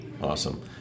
Awesome